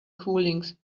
cooling